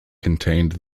contained